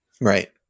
Right